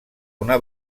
una